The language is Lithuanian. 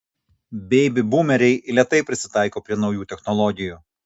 beibi būmeriai lėtai prisitaiko prie naujų technologijų